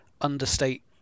understate